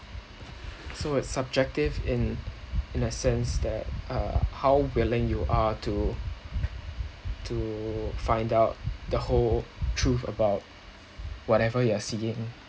so it's subjective in in a sense that uh how willing you are to to find out the whole truth about whatever you are seeing